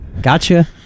Gotcha